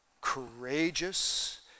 courageous